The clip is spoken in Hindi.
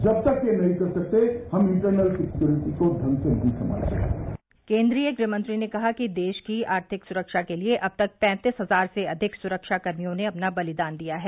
जब तक यह नहीं कर सकते हम इंटरनल सैक्योरिटी को केन्द्रीय गृहमंत्री ने कहा कि देश की आर्थिक सुरक्षा के लिए अब तक पैंतीस हजार से अधिक सुरक्षा कर्मियों ने अपना बलिदान दिया है